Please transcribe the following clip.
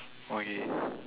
okay